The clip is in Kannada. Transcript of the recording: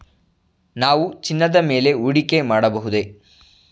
ನಾವು ಚಿನ್ನದ ಮೇಲೆ ಹೂಡಿಕೆ ಮಾಡಬಹುದೇ?